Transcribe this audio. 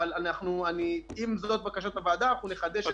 אבל אם זאת בקשת הוועדה, אנחנו נחדש --- איתי,